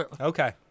okay